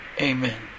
Amen